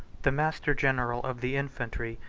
the master-general of the infantry,